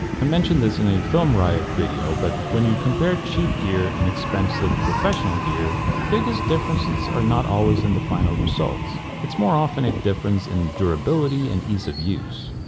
i mentioned this in a film riot video but when you compare cheap gear and expensive professional gear the biggest differences are not always in the final results. it's more often a difference in durability and ease of use.